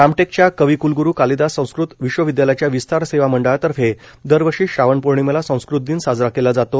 रामटेकच्या कविकलग्रू कालिदास संस्कृत विश्वविद्यालयाच्या विस्तार सेवा मंडळातर्फे दरवर्षी श्रावण पौर्णिमेला संस्कृत दिन साजरा केला जातो